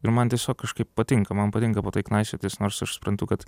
ir man tiesiog kažkaip patinka man patinka po tai knaisiotis nors aš suprantu kad